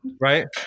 right